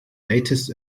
latest